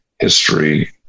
history